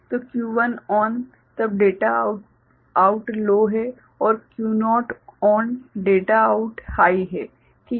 तो Q1 ON तब data out low है और Q0 ON data out high ठीक है